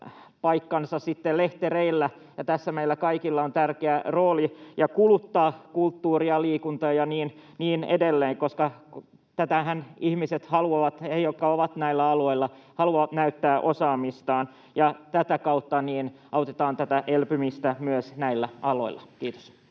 paikkansa sitten lehtereillä — ja tässä meillä kaikilla on tärkeä rooli — ja kuluttaa kulttuuria, liikuntaa ja niin edelleen, koska tätähän ihmiset haluavat. He, jotka ovat näillä aloilla, haluavat näyttää osaamistaan, ja tätä kautta autetaan elpymistä myös näillä aloilla. — Kiitos.